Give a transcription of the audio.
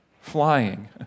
flying